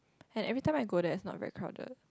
and everytime I go there it's not very crowded